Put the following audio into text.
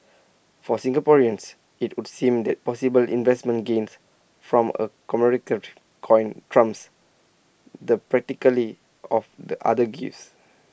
for Singaporeans IT would seem that possible investment gains from A commemorative coin trumps the practically of the other gifts